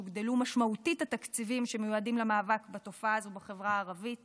הוגדלו משמעותית התקציבים שמיועדים למאבק בתופעה הזו בחברה הערבית